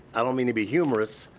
i don't mean to be humorous,